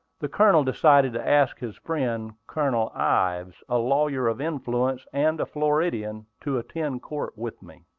the colonel decided to ask his friend, colonel ives, a lawyer of influence, and a floridian, to attend court with me.